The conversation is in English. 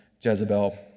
Jezebel